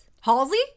Halsey